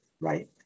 right